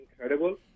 incredible